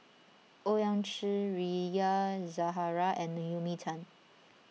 Owyang Chi Rita Zahara and Naomi Tan